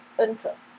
interest